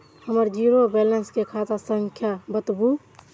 हमर zero balance के खाता संख्या बतबु?